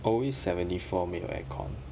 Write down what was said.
always seventy four 没有 aircon